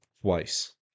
twice